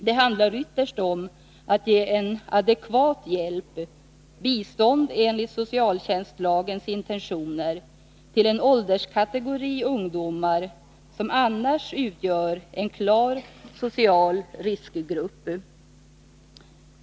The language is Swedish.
Det handlar ytterst om att ge adekvat hjälp — bistånd enligt socialtjänstlagens intentioner — till en ålderskategori ungdomar som annars utgör en klar social riskgrupp.